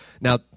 Now